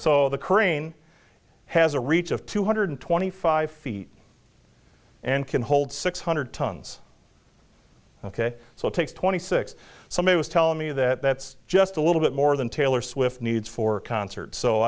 so the corinne has a reach of two hundred twenty five feet and can hold six hundred tons ok so it takes twenty six somebody was telling me that that's just a little bit more than taylor swift needs four concerts so